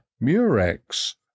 murex